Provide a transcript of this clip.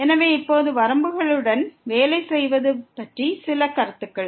எனவே இப்போது வரம்புகளுடன் வேலை செய்வது பற்றி சில கருத்துக்கள்